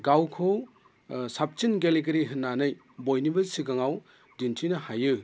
गावखौ साबसिन गेलेगिरि होननानै बयनिबो सिगाङाव दिन्थिनो हायो